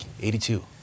82